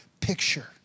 picture